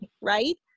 right